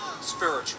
spiritual